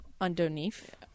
Underneath